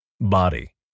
Body